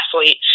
athlete